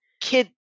kid